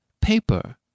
paper